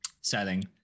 setting